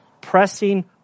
pressing